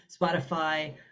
Spotify